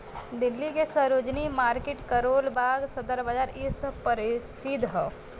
दिल्ली के सरोजिनी मार्किट करोल बाग सदर बाजार इ सब परसिध हौ